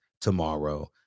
tomorrow